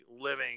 living